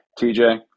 TJ